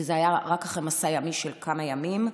וזה היה רק אחרי מסע ימי של כמה ימים.